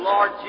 Lord